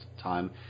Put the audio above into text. time